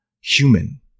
human